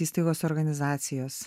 įstaigos organizacijos